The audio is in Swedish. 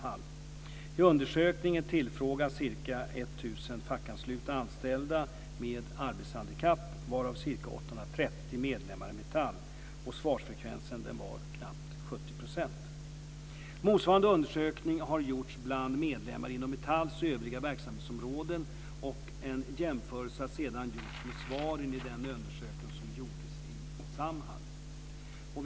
I undersökningen tillfrågades ca Motsvarande undersökning har gjorts bland medlemmar inom Metalls övriga verksamhetsområden, och en jämförelse har sedan gjorts med svaren i den undersökning som gjorts i Samhall.